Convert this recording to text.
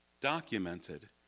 Documented